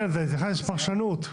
זה נכנס לפרשנות,